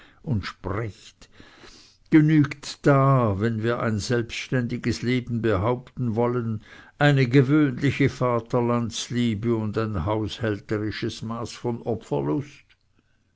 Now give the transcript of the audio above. und sprecht genügt da wenn wir ein selbständiges leben behaupten wollen eine gewöhnliche vaterlandsliebe und ein haushälterisches maß von